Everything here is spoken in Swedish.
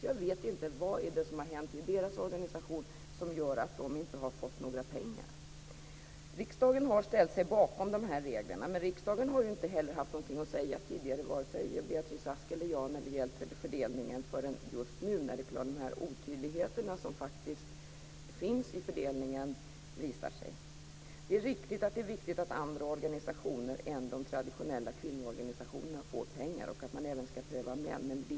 Jag vet inte vad som hänt i deras organisation som gör att de inte fått några pengar. Riksdagen har ställt sig bakom de här reglerna, men riksdagen har inte heller haft någonting att säga tidigare till vare sig Beatrice Ask eller mig när det gällt fördelningen förrän nu när de otydligheter som faktiskt finns i fördelningen visar sig. Det är riktigt att det är viktigt att andra organisationer än de traditionella kvinnoorganisationerna får pengar och att man också skall pröva männen.